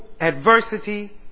adversity